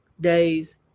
days